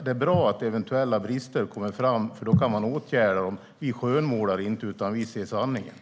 Det är bra att eventuella brister kommer fram, för då kan man åtgärda dem. Vi skönmålar inte, utan vi ser sanningen.